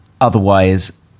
otherwise